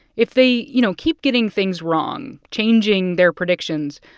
if they, you know, keep getting things wrong, changing their predictions,